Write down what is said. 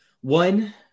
one